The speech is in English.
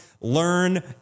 Learn